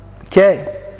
okay